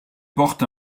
porte